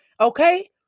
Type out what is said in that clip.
Okay